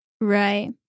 right